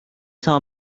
saa